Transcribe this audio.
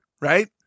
Right